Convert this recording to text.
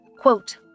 quote